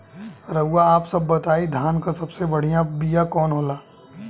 रउआ आप सब बताई धान क सबसे बढ़ियां बिया कवन होला?